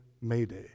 mayday